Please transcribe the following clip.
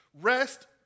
Rest